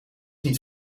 niet